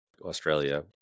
australia